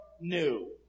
new